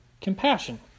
compassion